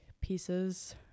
pieces